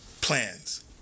plans